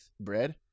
Bread